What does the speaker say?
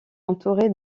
entouré